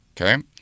okay